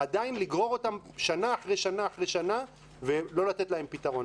לגרור אותם שנה אחרי שנה אחרי שנה ולא לתת להם פתרון.